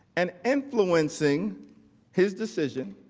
and influencing his decision